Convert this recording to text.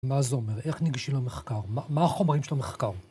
מה זה אומר? איך ניגשים למחקר? מה החומרים של המחקר?